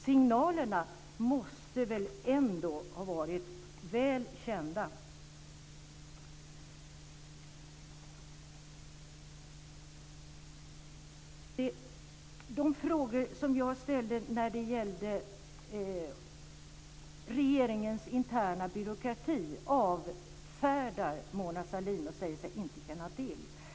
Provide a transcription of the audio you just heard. Signalerna måste väl ändå ha varit väl kända? De frågor som jag ställde när det gällde regeringens interna byråkrati avfärdar Mona Sahlin och säger sig inte känna till.